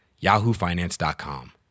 yahoofinance.com